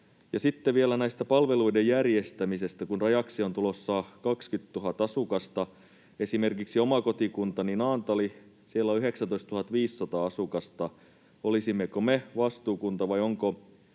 Sitten vielä näiden palveluiden järjestämisestä, kun rajaksi on tulossa 20 000 asukasta. Esimerkiksi omassa kotikunnassani Naantalissa on 19 500 asukasta. Olisimmeko me vastuukunta, vai onko